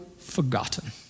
forgotten